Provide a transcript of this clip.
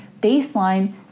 baseline